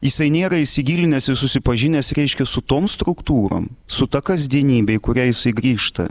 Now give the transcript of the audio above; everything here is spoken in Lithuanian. jisai nėra įsigilinęs ir susipažinęs reiškia su tom struktūrom su ta kasdienybe į kurią jisai grįžta